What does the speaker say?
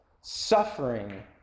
suffering